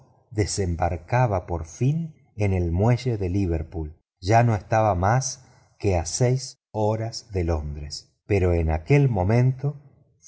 desembarcaba por fin en el muelle de liverpool ya no estaba más que a seis horas de londres pero en aquel momento